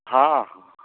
हाँ हाँ